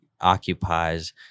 occupies